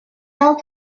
held